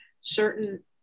certain